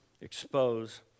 expose